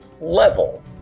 level